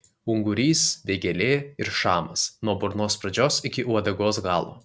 ungurys vėgėlė ir šamas nuo burnos pradžios iki uodegos galo